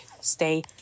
stay